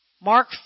Mark